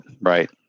Right